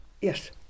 Yes